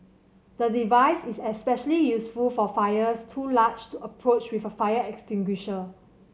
the device is especially useful for fires too large to approach with a fire extinguisher